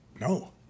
No